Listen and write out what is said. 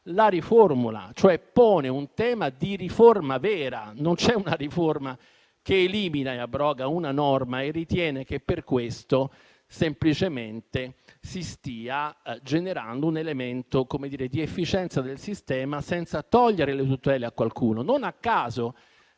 riformula, pone cioè un tema di riforma vera? Non c'è una riforma che elimina e abroga una norma e ritiene che per questo semplicemente si stia generando un elemento di efficienza del sistema, senza togliere tutele a qualcuno.